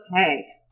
Okay